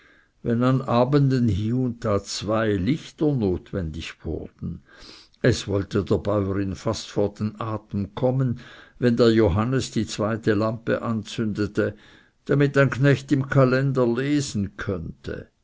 wenn an abenden hie und da zwei lichter notwendig wurden es wollte der bäurin fast vor den atem kommen wenn der johannes die zweite lampe anzündete damit ein knecht im kalender lesen könnte